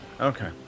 Okay